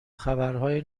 خبرهای